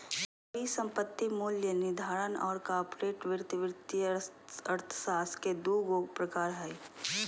परिसंपत्ति मूल्य निर्धारण और कॉर्पोरेट वित्त वित्तीय अर्थशास्त्र के दू गो प्रकार हइ